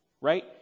Right